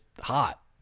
hot